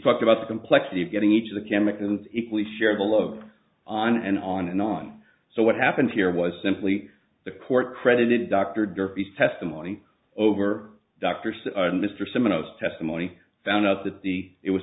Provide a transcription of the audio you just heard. talked about the complexity of getting each of the chemicals equally sharing the load on and on and on so what happened here was simply the court credited dr derby's testimony over doctors mr someone else testimony found out that the it was